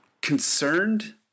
concerned